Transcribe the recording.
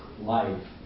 life